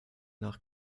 nach